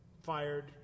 Fired